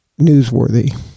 newsworthy